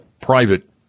private